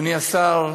אדוני השר,